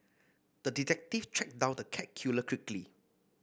the detective tracked down the cat killer quickly